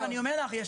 אני אומר לך שיש